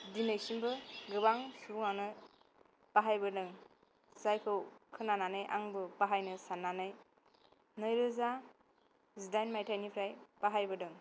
दिनैसिमबो गोबां सुबुंआनो बाहाय बोदों जायखौ खोननानै आंबो बाहायनो साननानै नैरोजा जिइन माइथाइनिफ्राय बाहाय बोदों